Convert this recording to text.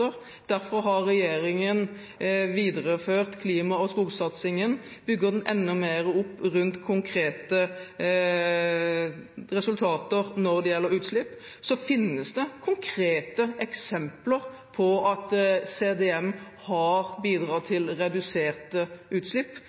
Derfor har regjeringen videreført klima- og skogsatsingen, man bygger den enda mer opp rundt konkrete resultater når det gjelder utslipp. Så finnes det konkrete eksempler på at CDM har bidratt til reduserte utslipp,